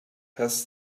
has